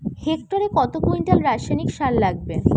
হেক্টরে কত কুইন্টাল রাসায়নিক সার লাগবে?